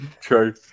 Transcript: true